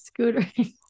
Scootering